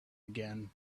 again